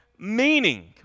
Meaning